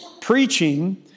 preaching